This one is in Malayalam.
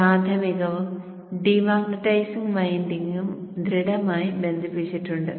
പ്രാഥമികവും ഡീമാഗ്നെറ്റൈസിംഗ് വൈൻഡിംഗും ദൃഢമായി യോജിപ്പിച്ചിട്ടുണ്ട്